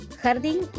Jardín